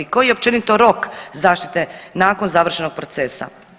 Koji je općenito rok zaštite nakon završenog procesa?